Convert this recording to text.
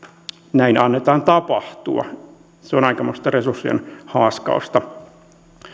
näin annetaan tapahtua se on aikamoista resurssien haaskausta